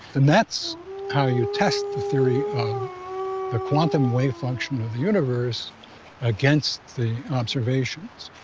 and that's how you test the theory of the quantum wave function of the universe against the observations.